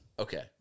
Okay